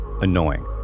annoying